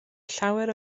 llawer